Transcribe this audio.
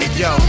yo